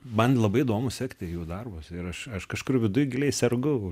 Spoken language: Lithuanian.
man labai įdomu sekti jų darbus ir aš aš kažkur viduj giliai sergu už